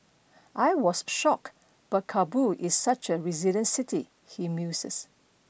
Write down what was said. I was shocked but Kabul is such a resilient city he muses